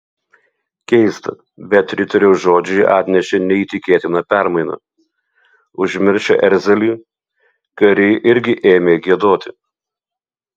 keista bet riterio žodžiai atnešė neįtikėtiną permainą užmiršę erzelį kariai irgi ėmė giedoti